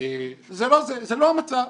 זה לא המצב.